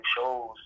shows